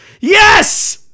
Yes